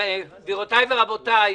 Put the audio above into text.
גברותיי ורבותיי,